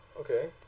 Okay